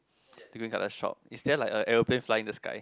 the green colour shop is there like a aeroplane flying in the sky